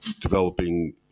developing